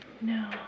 No